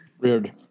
Weird